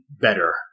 better